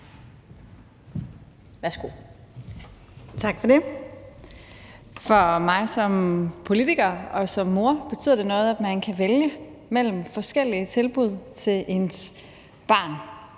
(RV): Tak for det. For mig som politiker og som mor betyder det noget, at man kan vælge mellem forskellige tilbud til ens barn,